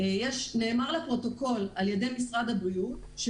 עכשיו נאמר לפרוטוקול על ידי משרד הבריאות,